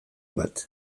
bat